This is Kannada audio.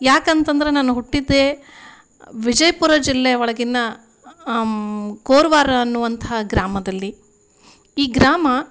ಯಾಕಂತಂದ್ರೆ ನಾನು ಹುಟ್ಟಿದ್ದೇ ವಿಜಯಪುರ ಜಿಲ್ಲೆ ಒಳಗಿನ ಕೊರವಾರ ಅನ್ನುವಂಥ ಗ್ರಾಮದಲ್ಲಿ ಈ ಗ್ರಾಮ